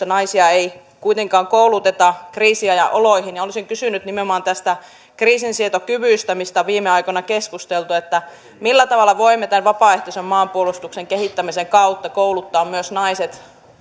naisia ei kuitenkaan kouluteta kriisiajan oloihin olisin kysynyt nimenomaan tästä kriisinsietokyvystä mistä on viime aikoina keskusteltu että millä tavalla voimme vapaaehtoisen maanpuolustuksen kehittämisen kautta kouluttaa myös naiset